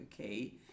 okay